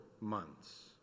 months